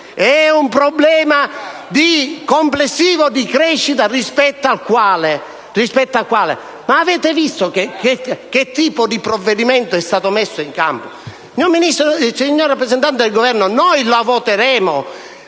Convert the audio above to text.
È un problema complessivo di crescita. Rispetto a questo problema, avete visto che tipo di provvedimento è stato messo in campo? Signor rappresentante del Governo, noi lo voteremo